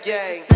Gang